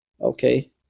Okay